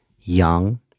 young